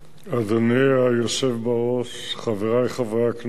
אדוני היושב בראש, חברי חברי הכנסת,